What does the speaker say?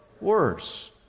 worse